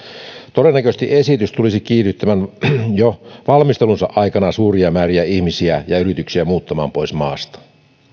todennäköisesti esitys tulisi kiihdyttämään jo valmistelunsa aikana suuria määriä ihmisiä ja ja yrityksiä muuttamaan pois maasta